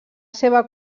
seva